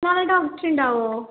നാളെ ഡോക്ടർ ഉണ്ടാവുമോ